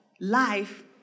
life